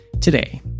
Today